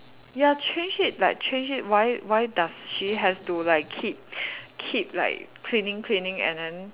ya change it like change it why why does she has to like keep keep like cleaning cleaning and then